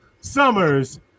Summers